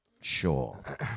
Sure